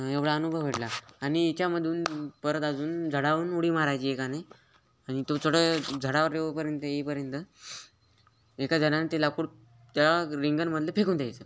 एवढा अनुभव भेटला आणि याच्यामधून परत अजून झाडावरून उडी मारायची एकानी आणि तो चढत झाडावर पर्यंत येईपर्यंत एकाजणानं ते लाकूड त्या रिंगणमधले फेकून द्यायचं